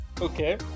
okay